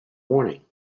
morning